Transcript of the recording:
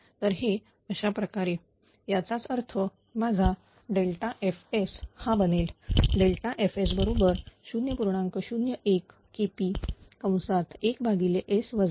तर हे अशा प्रकारे याचाच अर्थ माझा F हा बनेल F 0